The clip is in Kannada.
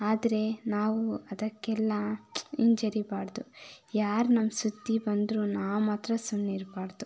ಆದರೆ ನಾವು ಅದಕ್ಕೆಲ್ಲ ಹಿಂಜರಿಬಾರ್ದು ಯಾರು ನಮ್ಮ ಸುದ್ದಿ ಬಂದರೂ ನಾವು ಮಾತ್ರ ಸುಮ್ಮನಿರ್ಬಾರ್ದು